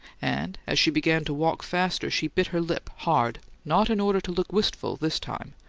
and, as she began to walk faster, she bit her lip hard, not in order to look wistful, this time,